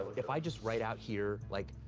if i just write out here, like,